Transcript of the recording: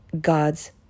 God's